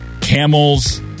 Camel's